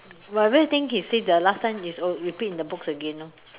everything he say the last time is repeat in the books again orh